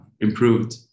improved